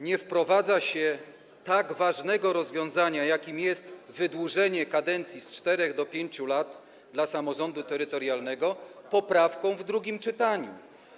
Nie wprowadza się tak ważnego rozwiązania, jakim jest wydłużenie kadencji z 4 do 5 lat dla samorządu terytorialnego, poprawką w drugim czytaniu.